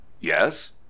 yes